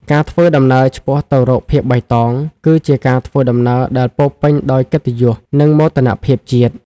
ការធ្វើដំណើរឆ្ពោះទៅរកភាពបៃតង គឺជាការធ្វើដំណើរដែលពោរពេញដោយកិត្តិយស និងមោទនភាពជាតិ។